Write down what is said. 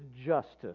justice